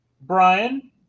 Brian